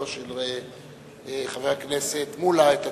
לכבודו של חבר הכנסת מולה את הדיון.